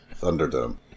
Thunderdome